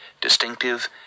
distinctive